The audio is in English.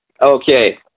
okay